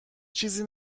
چیزی